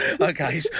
Okay